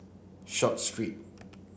Short Street